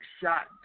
shot